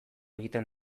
egiten